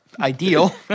ideal